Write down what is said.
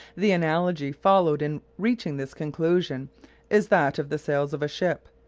the analogy followed in reaching this conclusion is that of the sails of a ship,